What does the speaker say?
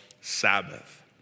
Sabbath